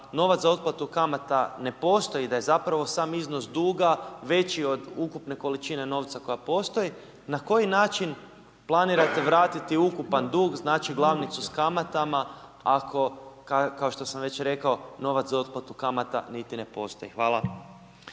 novac za otplatu kamata ne postoji, da je zapravo sam iznos duga veći od ukupne količine novca koja postoji, na koji način planirate vratiti ukupan dug, znači glavnicu sa kamatama ako kao što sam već rekao, novac za otplatu kamata niti ne postoji? Hvala.